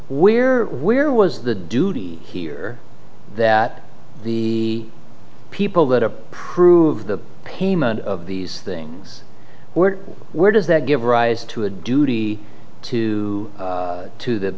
we're where was the duty here that the people that approve the payment of these things were where does that give rise to a duty to to the